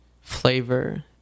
flavor